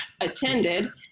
attended